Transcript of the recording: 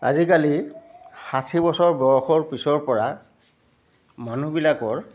আজিকালি ষাঠি বছৰ বয়সৰ পিছৰ পৰা মানুহবিলাকৰ